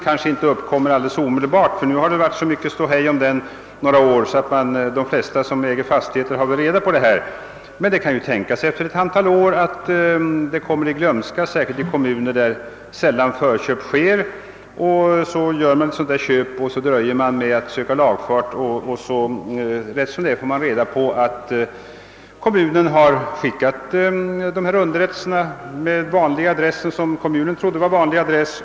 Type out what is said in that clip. Visserligen har det nu varit så mycket ståhej om denna lag att de flesta som äger en fastighet har väl reda på den, men efter ett antal år kan den falla i glömska, särskilt i kommuner som sällan utövar sin förköpsrätt. En person köper kanske där en fastighet och dröjer med att söka lagfart. Så småningom får han reda på att kommunen har skickat underrättelse om förköp under vad kommunen trodde var köparens vanliga adress.